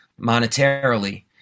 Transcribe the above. monetarily